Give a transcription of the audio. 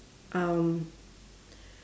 um